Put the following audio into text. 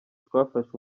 twafashe